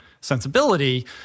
sensibility